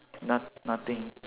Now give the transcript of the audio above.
no~ nothing